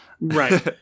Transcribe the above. Right